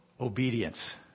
Obedience